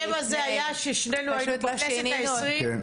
השם הזה היה כששנינו היינו בכנסת ה-20,